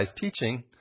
teaching